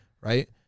Right